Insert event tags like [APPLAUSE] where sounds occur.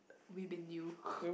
we been knew [BREATH]